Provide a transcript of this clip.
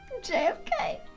JFK